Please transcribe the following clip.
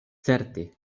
certe